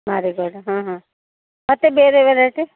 ಮಾರಿಗೋಲ್ಡಾ ಹಾಂ ಹಾಂ ಮತ್ತು ಬೇರೆ ವೆರೈಟಿ